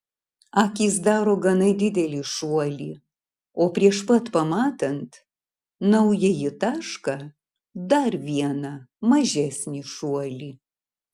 akys daro gana didelį šuolį o prieš pat pamatant naująjį tašką dar vieną mažesnį šuolį